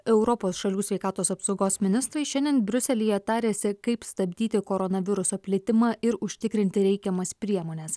europos šalių sveikatos apsaugos ministrai šiandien briuselyje tarėsi kaip stabdyti koronaviruso plitimą ir užtikrinti reikiamas priemones